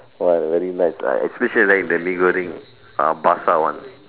!wah! very nice lah I especially like the mee-goreng ah basah:basah one